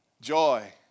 Joy